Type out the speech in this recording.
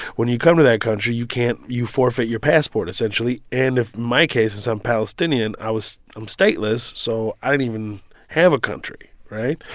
when you come to that country, you can't you forfeit your passport, essentially. and if my case is, i'm palestinian. i was i'm stateless, so i didn't even have a country, right?